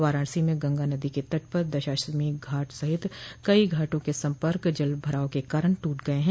वाराणसी में गंगा नदीके तट पर दशाश्वमेघ सहित कई घाटों के सम्पर्क जल भराव के कारण टूट गये है